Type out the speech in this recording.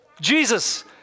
Jesus